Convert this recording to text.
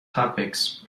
topics